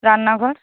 রান্নাঘর